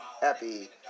Happy